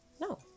no